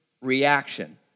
reaction